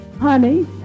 honey